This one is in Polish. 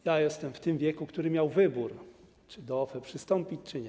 Ja jestem w tym wieku, że miałem wybór, czy do OFE przystąpić czy nie.